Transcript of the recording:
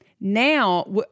now